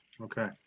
okay